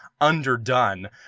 underdone